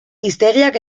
hiztegiak